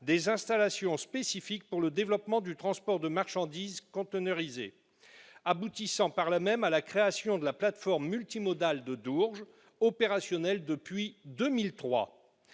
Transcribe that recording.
des installations spécifiques pour le développement du transport de marchandises conteneurisées, aboutissant à la création de la plateforme multimodale de Dourges, opérationnelle depuis 2003.